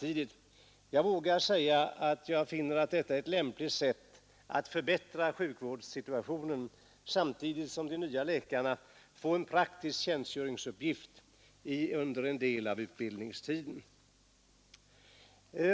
Jag vågar påstå att det är ett lämpligt sätt att förbättra sjukvårdssituationen samtidigt som de nya läkarna får en praktisk tjänstgöringsuppgift under en del av utbildningstiden.